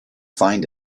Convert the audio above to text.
find